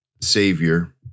Savior